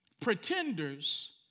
Pretenders